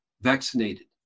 vaccinated